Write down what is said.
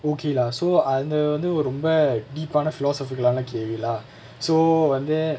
okay lah so அந்த வந்து ஒரு ரொம்ப:antha vanthu oru romba deep ஆனா:aanaa philosophical lah ன கேள்வி:na kelvi lah so வந்து:vanthu